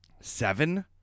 Seven